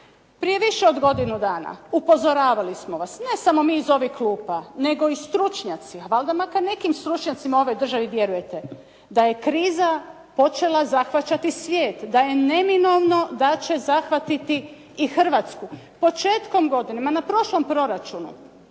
prije više od godinu dana upozoravali smo vas, ne samo mi iz ovih klupa, nego i stručnjaci. Valjda makar nekim stručnjacima u ovoj državi vjerujete. Da je kriza počela zahvaćati svijet, da je neminovno da će zahvatiti i Hrvatsku. Početkom godine ma na prošlom proračunu.